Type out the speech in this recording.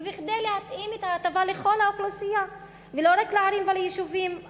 וכדי להתאים את ההטבה לכל האוכלוסייה ולא רק לערים וליישובים היהודיים.